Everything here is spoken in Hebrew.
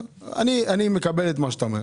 ואני מקבל את מה שאתה אומר.